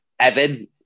Evan